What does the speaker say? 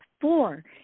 four